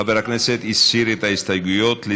הסיר את ההסתייגויות.